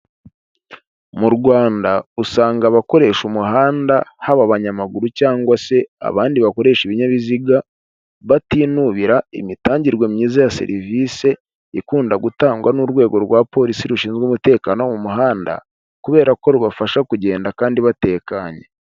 Mu Rwanda usanga abakoresha umuhanda haba abanyamaguru cyangwa se abandi bakoresha ibinyabiziga batinubira imitangirwe myiza ya serivise ikunda gutangwa n'urwego rwa Polisi rushinzwe umutekano wo mu muhanda kubera ko rubafasha kugenda kandi batekanye.